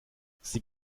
sie